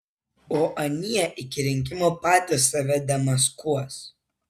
o anie iki rinkimų patys save demaskuos